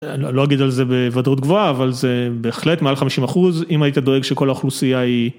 אני לא אגיד על זה בוודאות גבוהה, אבל זה בהחלט מעל 50 אחוז, אם היית דואג שכל האוכלוסייה היא.